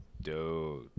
Dude